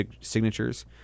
signatures